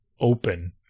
open